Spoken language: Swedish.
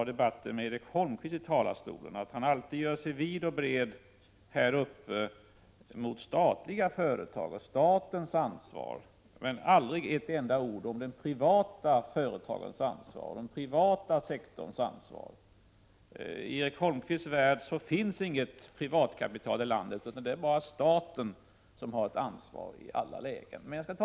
1987/88:34 råvaruläget i Norrbotten.